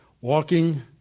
walking